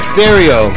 Stereo